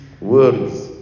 words